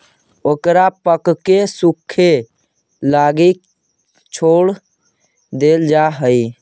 ओकरा पकके सूखे लगी छोड़ देल जा हइ